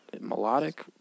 Melodic